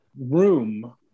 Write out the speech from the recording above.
room